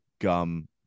gum